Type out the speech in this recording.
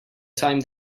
time